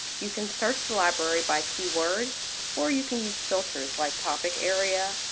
you can search the library by key word or you can use filters like topic area,